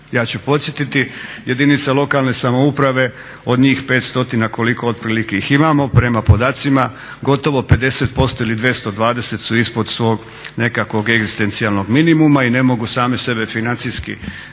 Ja ću podsjetiti jedinica lokalne samouprave od njih 5 stotina koliko otprilike ih imamo prema podacima gotovo 50% ili 220 su ispod svog nekakvog egzistencijalnog minimuma i ne mogu sami sebe financijski